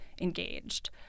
engaged